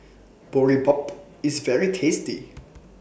Boribap IS very tasty